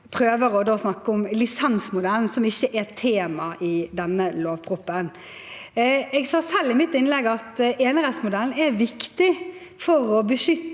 prøver å snakke om lisensmodellen, som ikke er et tema i denne lovproposisjonen. Jeg sa selv i mitt innlegg at enerettsmodellen er viktig for å beskytte